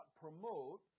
promote